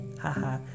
haha